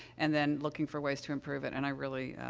and then looking for ways to improve it, and i really, ah